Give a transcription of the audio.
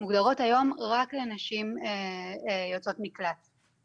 מוגדרות היום רק לנשים היוצאות ממקלט לנשים מוכות.